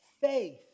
faith